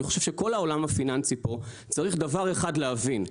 אני חושב שכל העולם הפיננסי פה צריך דבר אחד להבין,